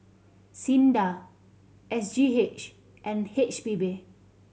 SINDA S G H and H P B